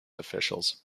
officials